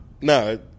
No